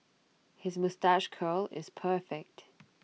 his moustache curl is perfect